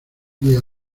día